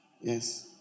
Yes